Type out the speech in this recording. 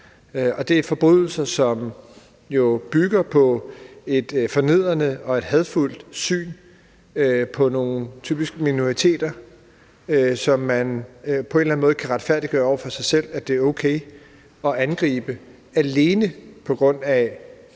det er jo forbrydelser, som bygger på et fornedrende og et hadefuldt syn på nogle – typisk – minoriteter, som man på en eller anden måde kan retfærdiggøre over for sig selv at det er okay at angribe alene på grund af